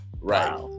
Right